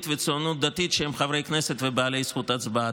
והציונות הדתית שהם חברי כנסת ובעלי זכות הצבעה.